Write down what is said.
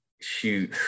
shoot